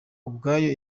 ubwayo